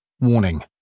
Warning